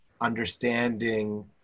understanding